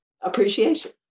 appreciation